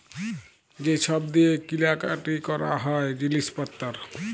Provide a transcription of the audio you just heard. যে ছব দিঁয়ে কিলা কাটি ক্যরা হ্যয় জিলিস পত্তর